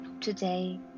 today